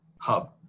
hub